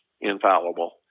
infallible